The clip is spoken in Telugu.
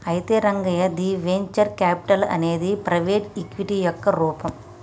అయితే రంగయ్య ది వెంచర్ క్యాపిటల్ అనేది ప్రైవేటు ఈక్విటీ యొక్క రూపం